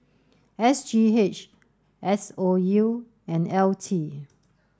S G H S O U and L T